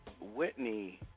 Whitney